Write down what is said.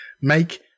Make